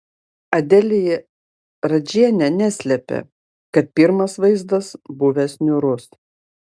adelija radžienė neslėpė kad pirmas vaizdas buvęs niūrus